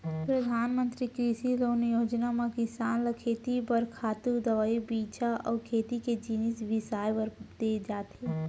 परधानमंतरी कृषि लोन योजना म किसान ल खेती बर खातू, दवई, बीजा अउ खेती के जिनिस बिसाए बर दे जाथे